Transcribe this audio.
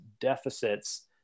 deficits